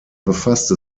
befasste